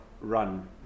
run